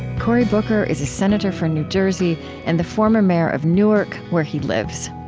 cory booker is a senator for new jersey and the former mayor of newark, where he lives.